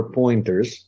pointers